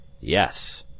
Yes